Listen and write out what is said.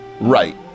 Right